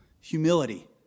humility